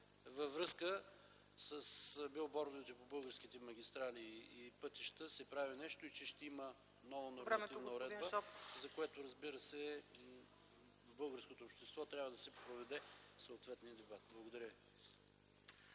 във връзка с билбордовете по българските магистрали и пътища се прави нещо и че ще има нова нормативна уредба, за което, разбира се, българското общество трябва да си проведе съответния дебат. Благодаря.